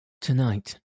Tonight